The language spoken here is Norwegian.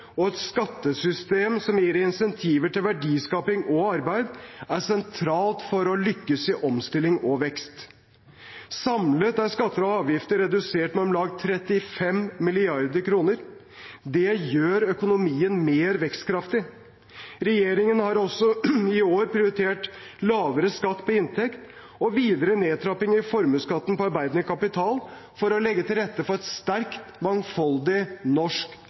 og et skattesystem som gir incentiver til verdiskaping og arbeid, er sentralt for å lykkes i omstilling og vekst. Samlet er skatter og avgifter redusert med om lag 35 mrd. kr. Det gjør økonomien mer vekstkraftig. Regjeringen har også i år prioritert lavere skatt på inntekt og videre nedtrapping i formuesskatten på arbeidende kapital for å legge til rette for et sterkt, mangfoldig norsk